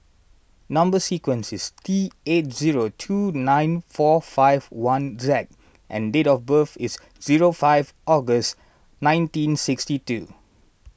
Number Sequence is T eight zero two nine four five one Z and date of birth is zero five August nineteen sixty two